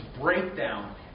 breakdown